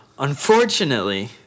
Unfortunately